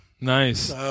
Nice